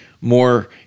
more